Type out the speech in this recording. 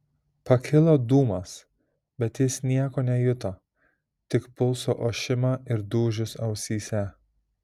pakilo dūmas bet jis nieko nejuto tik pulso ošimą ir dūžius ausyse